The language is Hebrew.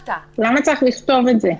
למה צריך לכתוב את זה?